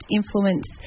influence